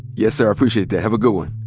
yes, sir. i appreciate that. have a good one.